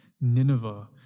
Nineveh